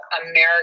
American